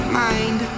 mind